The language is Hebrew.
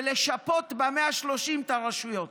ולשפות ב-130 מיליון את הרשויות.